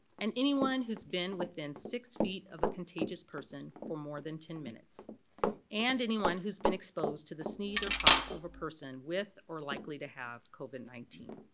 and anyone who's been within six feet of a contagious person for more than ten minutes and anyone who's been exposed to the sneeze or cough of a person with or likely to have covid nineteen.